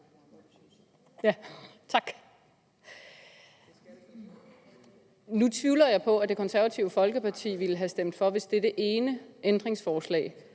Tak. Nu tvivler jeg på, at Det Konservative Folkeparti ville have stemt for, hvis dette ene ændringsforslag